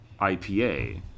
IPA